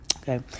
Okay